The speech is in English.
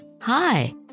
Hi